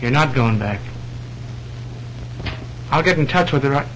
you're not going back i'll get in touch with